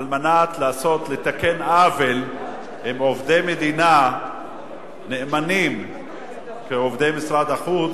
על מנת לתקן עוול עם עובדי מדינה נאמנים כעובדי משרד החוץ.